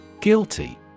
Guilty